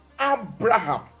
abraham